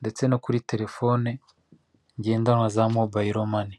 ndetse no kuri terefone ngendanwa za mobayiro Mani.